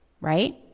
right